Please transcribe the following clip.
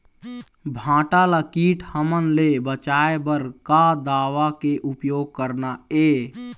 भांटा ला कीट हमन ले बचाए बर का दवा के उपयोग करना ये?